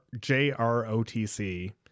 J-R-O-T-C